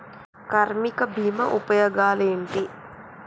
కార్మిక బీమా ఉపయోగాలేంటి?